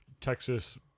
Texas